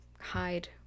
hide